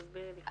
תסבירי לי.